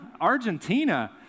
Argentina